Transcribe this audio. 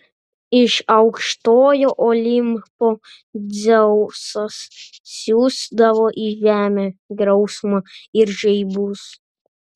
iš aukštojo olimpo dzeusas siųsdavo į žemę griausmą ir žaibus